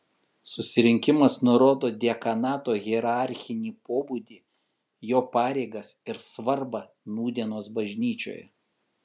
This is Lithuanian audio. susirinkimas nurodo diakonato hierarchinį pobūdį jo pareigas ir svarbą nūdienos bažnyčioje